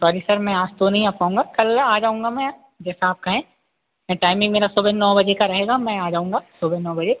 sorry sir मैं आज तो नहीं आ पाऊँगा कल आ जाऊँगा मैं जैसा आप कहें या टाइमिंग मेरा सुबह नौ बजे का रहेगा मैं आ जाऊँगा सुबह नौ बजे